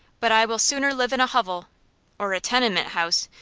but i will sooner live in a hovel or a tenement house,